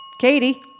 Katie